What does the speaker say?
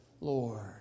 Lord